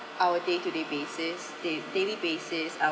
our day to day basis dai~ daily basis our